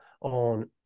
on